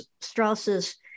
strauss's